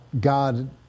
God